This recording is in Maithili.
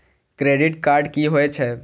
क्रेडिट कार्ड की होय छै?